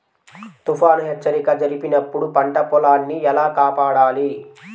తుఫాను హెచ్చరిక జరిపినప్పుడు పంట పొలాన్ని ఎలా కాపాడాలి?